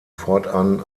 fortan